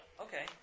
okay